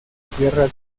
sierra